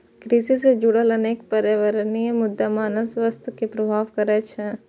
कृषि सं जुड़ल अनेक पर्यावरणीय मुद्दा मानव स्वास्थ्य कें प्रभावित करै छै